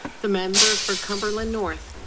the member for cumberland north.